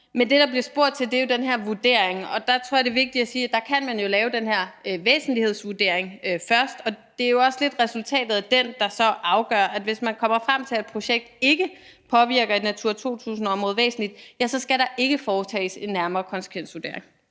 Men det, der bliver spurgt til, er jo den her vurdering. Der tror jeg det er vigtigt at sige, at man jo kan lave den her væsentlighedsvurdering først, og det er jo også lidt resultatet af den, der så afgør, at hvis man kommer frem til, at et projekt ikke påvirker et Natura 2000-område væsentligt, ja, så skal der ikke foretages en nærmere konsekvensvurdering.